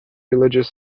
religious